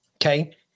Okay